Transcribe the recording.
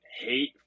hate